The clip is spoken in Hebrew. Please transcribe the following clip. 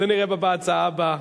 זה נראה בהצעה הבאה.